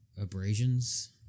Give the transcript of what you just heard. abrasions